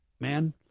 man